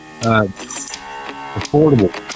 affordable